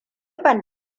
ban